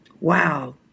Wow